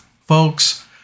Folks